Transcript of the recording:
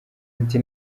ati